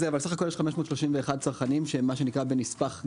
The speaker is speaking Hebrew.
סך הכול יש 531 צרכנים שהם בנספח ג',